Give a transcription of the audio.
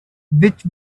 which